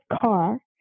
car